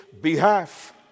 behalf